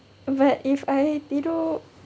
but if I tidur